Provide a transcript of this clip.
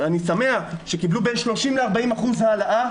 אני שמח שקיבלו 30% 40% העלאה,